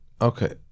okay